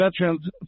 veterans